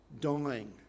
dying